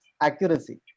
accuracy